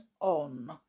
on